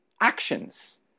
actions